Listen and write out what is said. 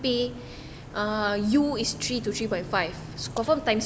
um you is three to three point five confirm time